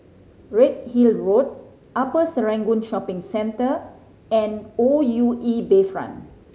Redhill Road Upper Serangoon Shopping Centre and O U E Bayfront